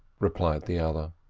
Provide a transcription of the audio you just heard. replied the other.